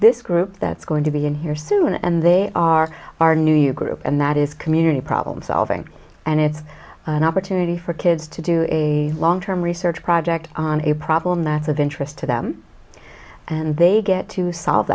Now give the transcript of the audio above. this group that's going to be in here soon and they are our new you group and that is community problem solving and it's an opportunity for kids to do a long term research project on a problem that's of interest to them and they get to solve